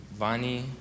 Vani